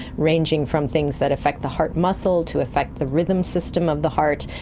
ranging from things that affect the heart muscle to affect the rhythm system of the heart,